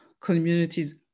communities